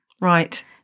Right